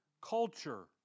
culture